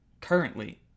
currently